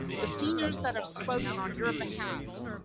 the seniors that have spoken on your behalves